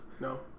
no